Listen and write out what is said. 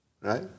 Right